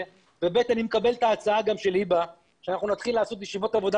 אני מקבל את ההצעה של היבה שנתחיל לעשות ישיבות עבודה